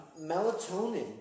Melatonin